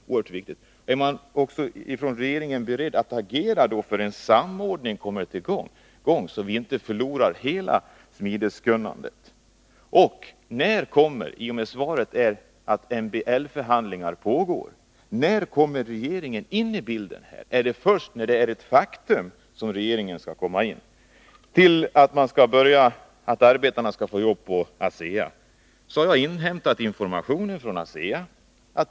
Är man i så fall från regeringens sida beredd att agera för att en samordning skall komma till stånd, så att vi inte förlorar allt smideskunnande? Med tanke på industriministerns hänvisning till att MBL-förhandlingar pågår vill jag fråga: Är det först när nedläggningen är ett faktum som regeringen kommer in i bilden? Beträffande möjligheterna för arbetarna vid Dalaverken att få jobb på ASEA har jag inhämtat information från ASEA.